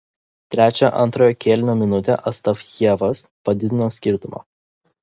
trečią antrojo kėlinio minutę astafjevas padidino skirtumą